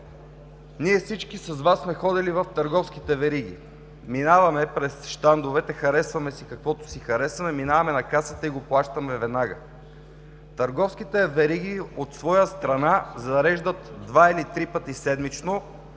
дни. Всички с Вас сме ходили в търговските вериги. Минаваме през щандовете, харесваме си каквото си харесаме, минаваме на касата и го плащаме веднага. Търговските вериги от своя страна зареждат два или три пъти седмично